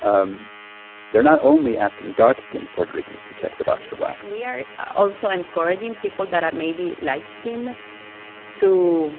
um they're not only asking dark-skinned puerto ricans to check the box for black we are also encouraging people that are maybe light-skinned to